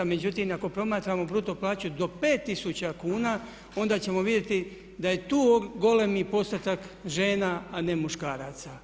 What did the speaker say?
Međutim, ako promatramo bruto plaću do 5 tisuća kuna onda ćemo vidjeti da je tu golemi postotak žena, a ne muškaraca.